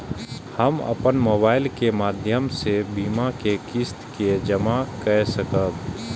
हम अपन मोबाइल के माध्यम से बीमा के किस्त के जमा कै सकब?